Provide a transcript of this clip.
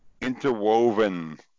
interwoven